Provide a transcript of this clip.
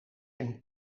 een